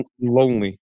Lonely